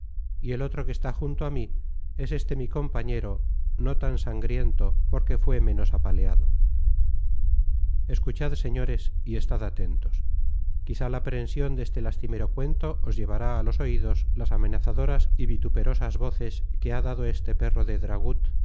y el otro que está junto a mí es este mi compañero no tan sangriento porque fué ménos apaleado escuchad señores y estad atentos quizá la aprension deste lastimero cuento os llevará á los oidos las amenazadoras y vituperosas voces que ha dado este perro de dragut